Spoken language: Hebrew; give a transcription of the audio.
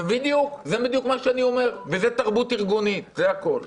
זו תרבות ארגונית, זה הכול.